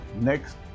next